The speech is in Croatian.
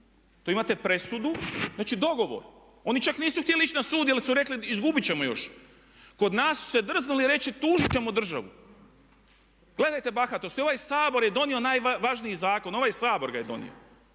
To imate presudu. Znači dogovor. Oni čak nisu htjeli ići na sud jer su rekli izgubiti ćemo još. Kod nas su se drznuli reći tužiti ćemo državu. Gledajte bahatosti. Ovaj Sabor je donio najvažniji zakon, ovaj Sabor ga je donio,